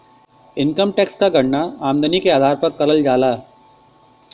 income tax क गणना आमदनी के आधार पर करल जाला